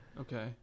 Okay